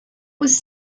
was